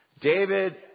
David